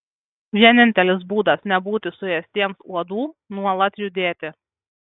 vienintelis būdas nebūti suėstiems uodų nuolat judėti